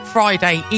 Friday